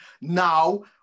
now